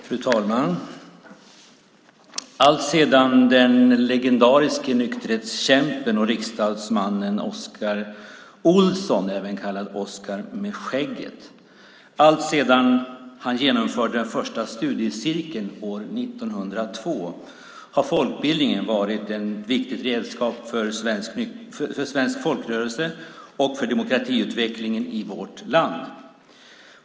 Fru talman! Alltsedan den legendariske nykterhetskämpen och riksdagsmannen Oscar Olsson, även kallad Oscar med skägget, genomförde den första studiecirkeln år 1902 har folkbildningen varit ett viktigt redskap för svensk folkrörelse och för demokratiutvecklingen i vårt land.